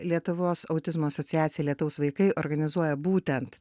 lietuvos autizmo asociacija lietaus vaikai organizuoja būtent